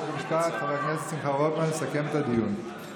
חוק ומשפט שמחה רוטמן לסכם את הדיון.